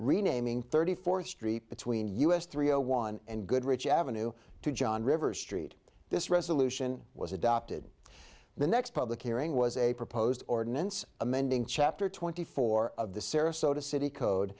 renaming thirty fourth street between us three zero one and goodrich avenue to john river street this resolution was adopted the next public hearing was a proposed ordinance amending chapter twenty four of the sarasota city code